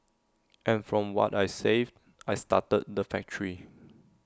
and from what I saved I started the factory